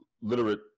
literate